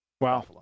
Wow